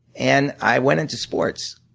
and i went into sports.